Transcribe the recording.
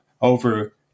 over